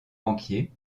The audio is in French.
banquier